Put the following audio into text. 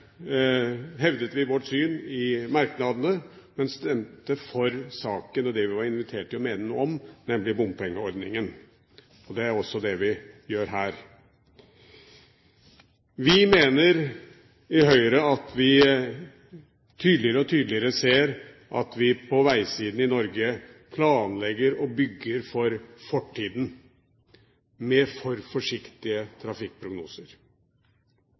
hevdet vi vårt syn i merknadene, men stemte for saken og det vi var invitert til å mene noe om, nemlig bompengeordningen. Det er også det vi gjør her. Vi i Høyre mener at vi tydeligere og tydeligere ser at vi på vegsiden i Norge planlegger og bygger for fortiden, med for forsiktige trafikkprognoser.